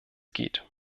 geht